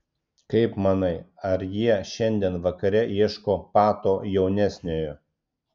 kaip manai ar jie šiandien vakare ieško pato jaunesniojo